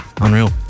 Unreal